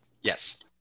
Yes